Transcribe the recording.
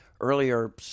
earlier